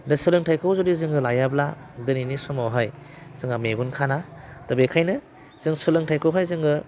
दा सोलोंथाइखौ जुदि जोङो लायाब्ला दिनैनि समावहाय जोंहा मेगन खाना दा बेखायनो जों सोलोंथाइखौहाय जोङो